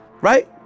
Right